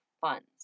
funds